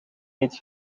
niet